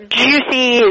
juicy